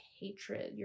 hatred